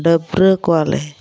ᱰᱟᱹᱵᱽᱨᱟᱹ ᱠᱚᱣᱟᱞᱮ